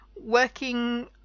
working